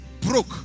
broke